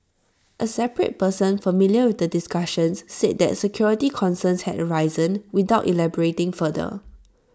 A separate person familiar with the discussions said that security concerns had arisen without elaborating further